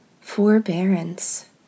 forbearance